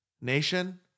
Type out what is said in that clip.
nation